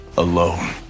alone